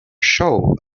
show